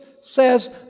says